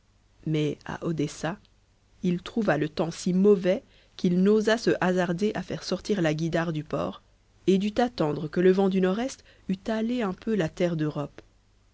mais à odessa il trouva le temps si mauvais qu'il n'osa se hasarder à faire sortir la guïdare du port et dut attendre que le vent de nord-est eût hâlé un peu la terre d'europe